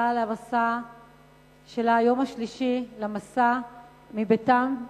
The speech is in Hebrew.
למסע שלה, היום השלישי למסע מביתם,